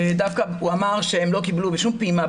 עורך הדין פלג אמר שלא קיבלו בשום פעימה.